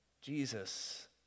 Jesus